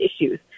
issues